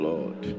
Lord